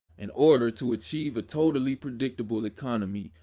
in order to achieve a totally predictable economy,